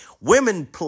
women